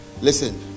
listen